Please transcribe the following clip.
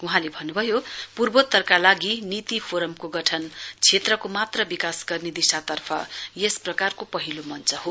वहाँले भन्नुभयो पूर्वोत्तरका लागि नीति फोरमको गठन क्षेत्रको मात्र विकास गर्ने दिशातर्फ यस प्रकारको पहिलो मञ्च हो